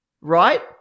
right